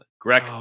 Greg